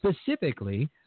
specifically